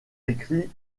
écrits